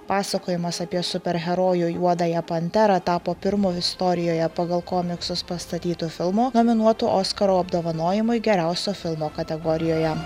pasakojimas apie superherojų juodąją panterą tapo pirmu istorijoje pagal komiksus pastatytu filmu nominuotu oskaro apdovanojimui geriausio filmo kategorijoje